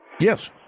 yes